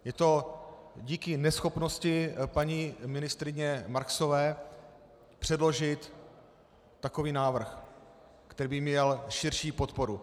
Je to díky neschopnosti paní ministryně Marksové předložit takový návrh, který by měl širší podporu.